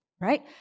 right